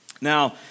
Now